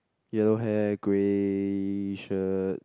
yellow hair grey shirt